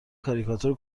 کاریکاتور